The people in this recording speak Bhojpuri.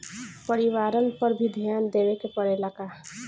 परिवारन पर भी ध्यान देवे के परेला का?